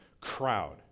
crowd